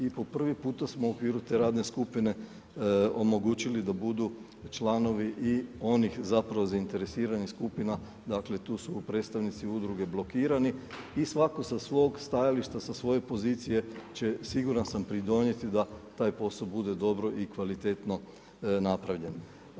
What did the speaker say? I po prvi puta smo u okviru te radne skupine omogućili da budu članovi i onih zapravo zainteresiranih skupina, dakle tu su predstavnici Udruge „Blokirani“ i svatko sa svog stajališta, sa svoje pozicije će siguran sam pridonijeti da taj posao bude dobro i kvalitetno napravljen.